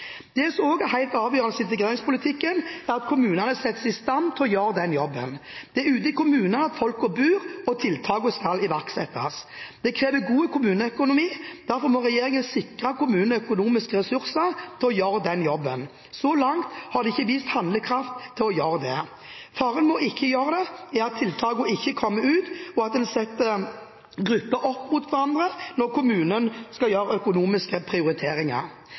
Det som også er helt avgjørende i integreringspolitikken, er at kommunene settes i stand til å gjøre den jobben. Det er ute i kommunene folket bor og tiltakene skal iverksettes. Det krever god kommuneøkonomi. Derfor må regjeringen sikre kommunene økonomiske ressurser til å gjøre den jobben. Så langt har de ikke vist handlekraft til å gjøre det. Faren med ikke å gjøre det er at tiltakene ikke kommer ut, og at en setter grupper opp mot hverandre når kommunen skal gjøre økonomiske prioriteringer.